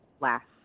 last